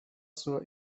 zur